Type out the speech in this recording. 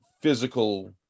physical